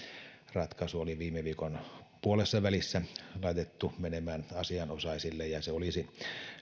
ratkaisu oli viime viikon puolessavälissä laitettu menemään asianosaisille ja se olisi